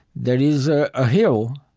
there is a ah hill,